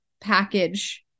package